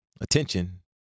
attention